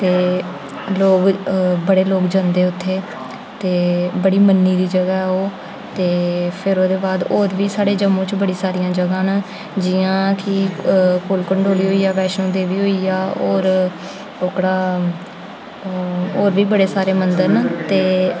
ते लोग बड़े लोग जंदे उत्थें ते बड़ी मन्नी दी जगह् ऐ ओह् ते फिर ओह्दे बाद होर बी साढ़े जम्मू च बड़ियां सारियां जगह् न जि'यां ठीक कोल कंडोली होइया वैष्णो देवी होइया होर ओह्कड़ा होर बी बड़े सारे मन्दर न ते